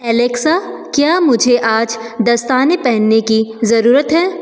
Alexa क्या मुझे आज दस्ताने पहनने की ज़रूरत है